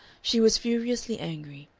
she was furiously angry.